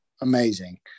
amazing